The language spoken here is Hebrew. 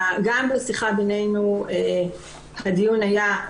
גם בשיחה בינינו הדיון היה,